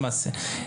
למעשה.